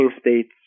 states